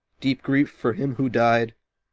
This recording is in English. deep grief for him who died,